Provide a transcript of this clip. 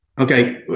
okay